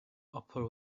upper